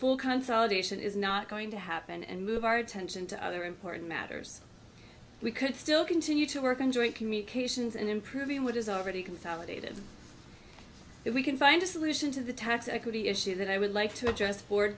full consultation is not going to happen and move our attention to other important matters we could still continue to work on joint communications and improving what is already consolidated if we can find a solution to the tax equity issue that i would like to